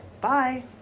Bye